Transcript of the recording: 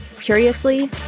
Curiously